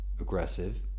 aggressive